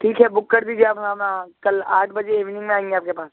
ٹھیک ہے بک کر دیجیے آپ ہما ہم کل آٹھ بجے ایوننگ میں آئیں گے آپ کے پاس